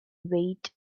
wait